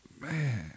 Man